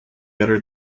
uttered